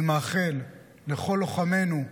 אני מאחל לכל לוחמינו,